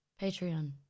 Patreon